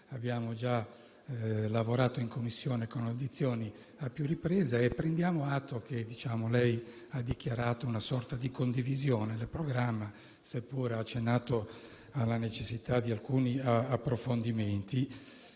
abbiamo già lavorato in Commissione con audizioni a più riprese. Prendiamo atto che lei ha dichiarato una sorta di condivisione del programma, seppure ha accennato alla necessità di alcuni approfondimenti.